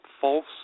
False